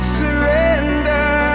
surrender